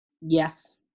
Yes